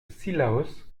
cilaos